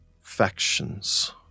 factions